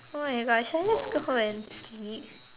oh my gosh should I just go home and sleep